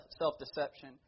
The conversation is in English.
self-deception